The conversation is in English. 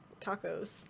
Tacos